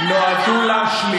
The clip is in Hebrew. אתה רואה בכלל, זה חוסר אחריות.